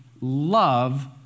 love